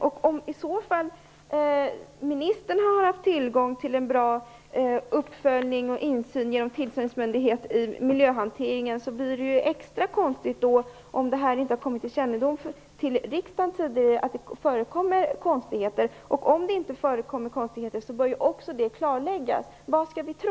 Om ministern har haft tillgång till en bra uppföljning av och insyn i miljöhanteringen genom tillsynsmyndigheten, är det extra konstigt att det inte har kommit till riksdagens kännedom att det förekommer konstigheter. Om det inte förekommer konstigheter bör det också klarläggas. Vad skall vi tro?